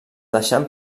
deixant